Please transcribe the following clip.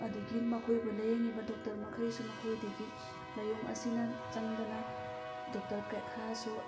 ꯑꯗꯒꯤ ꯃꯈꯣꯏꯕꯨ ꯂꯥꯏꯌꯦꯡꯉꯤꯕ ꯗꯣꯛꯇꯔ ꯃꯈꯩꯁꯨ ꯃꯈꯣꯏꯗꯒꯤ ꯂꯥꯏꯑꯣꯡ ꯑꯁꯤꯅ ꯆꯪꯗꯅ ꯗꯣꯛꯇꯔ ꯈꯔꯁꯨ